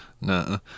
No